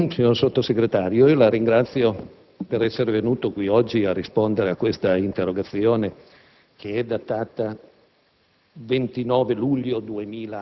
Signor Presidente, signor Sottosegretario, la ringrazio per essere venuto qui oggi a rispondere a questa interrogazione, che è datata